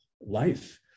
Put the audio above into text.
life